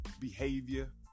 behavior